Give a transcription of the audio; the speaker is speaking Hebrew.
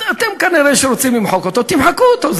אתם כנראה רוצים למחוק אותו, תמחקו אותו.